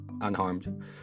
unharmed